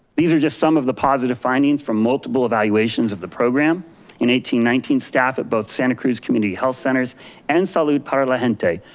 these are just some of the positive findings from multiple evaluations of the program in eighteen nineteen, staff at both santa cruz community health centers and salud para la gente,